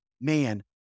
man